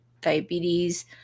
diabetes